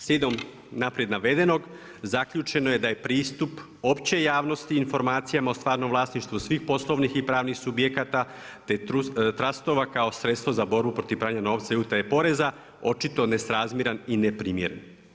Slijedom na pred navedeno zaključeno je da je pristup opće javnosti o informacijama o stvarnim vlasništvu svih poslovnih i pravnih subjekata, te trustova kao sredstva za borbu protiv pranja novca i utaje poreza očito nesrazmjerna i neprimjeren.